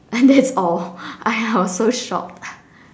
and that's all and I was so shocked